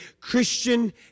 Christian